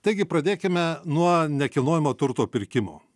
taigi pradėkime nuo nekilnojamojo turto pirkimo